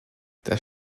das